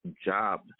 job